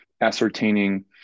ascertaining